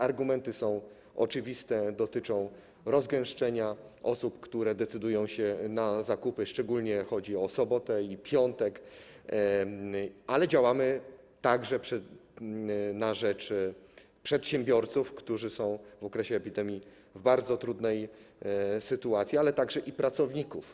Argumenty są oczywiste, dotyczą rozgęszczenia osób, które decydują się na zakupy, szczególnie chodzi o sobotę i piątek, ale działamy także na rzecz przedsiębiorców, którzy są w okresie epidemii w bardzo trudnej sytuacji, jak również pracowników.